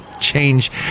Change